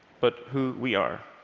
but who we are.